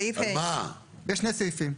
יש שני סעיפים.